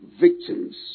victims